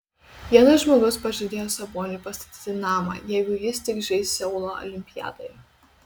vienas žmogus pažadėjo saboniui pastatyti namą jeigu jis tik žais seulo olimpiadoje